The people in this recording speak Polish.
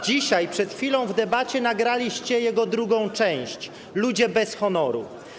Dzisiaj przed chwilą w debacie nagraliście jego drugą część - ludzie bez honoru.